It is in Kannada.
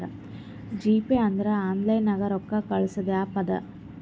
ಜಿಪೇ ಅಂದುರ್ ಆನ್ಲೈನ್ ನಾಗ್ ರೊಕ್ಕಾ ಕಳ್ಸದ್ ಆ್ಯಪ್ ಅದಾ